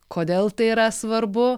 kodėl tai yra svarbu